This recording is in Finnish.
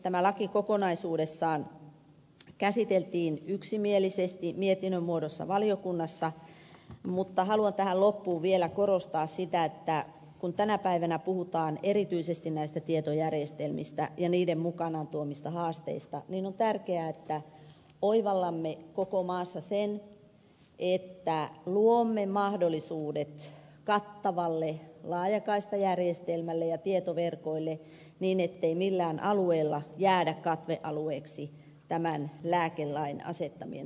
tämä laki kokonaisuudessaan käsiteltiin yksimielisesti mietinnön muodossa valiokunnassa mutta haluan tähän loppuun vielä korostaa sitä että kun tänä päivänä puhutaan erityisesti näistä tietojärjestelmistä ja niiden mukanaan tuomista haasteista niin on tärkeää että oivallamme koko maassa sen että luomme mahdollisuudet kattavalle laajakaistajärjestelmälle ja tietoverkoille niin ettei millään alueella jäädä katvealueeksi tämän lääkelain asettamien tavoitteiden alla